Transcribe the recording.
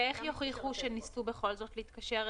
ואיך יוכיחו שהם בכל זאת ניסו להתקשר?